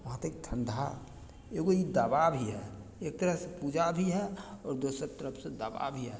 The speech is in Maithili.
वहाँ तक ठण्डा एगो ई दबा भी हइ एक तरह से पूजा भी हइ आओर दोसर तरफसँ दबा भी हइ